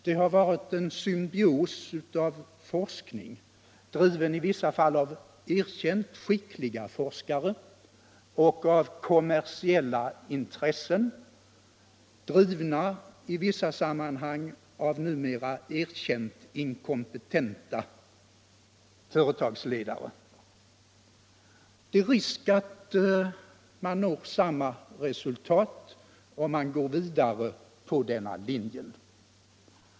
Det har varit en symbios av forskning, driven i vissa fall av erkänt skickliga forskare, och kommersiella intressen, drivna i vissa sammanhang av numera erkänt inkompetenta företagsledare. Det är risk att man når samma resultat om man går vidare på denna linje.